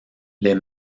les